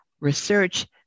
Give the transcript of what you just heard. research